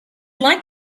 like